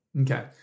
Okay